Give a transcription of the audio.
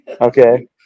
okay